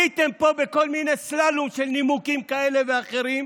עליתם פה עם כל מיני סלאלום של נימוקים כאלה ואחרים.